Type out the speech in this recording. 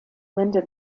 linda